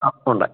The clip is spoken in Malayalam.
ആ ഉണ്ട്